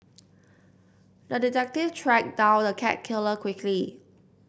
the detective tracked down the cat killer quickly